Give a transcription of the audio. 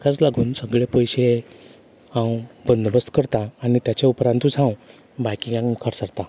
ताकाच लागून सगले पयशे हांव बंदोबस्त करतां आनी तेच्या उपरांतूच हांव बायकिंगांक मुखार सरता